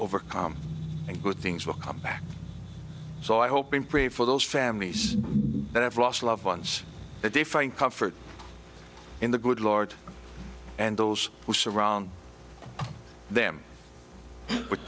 overcome and good things will come back so i hope and pray for those families that have lost loved ones that they find comfort in the good lord and those who surround them with